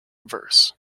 verse